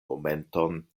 momenton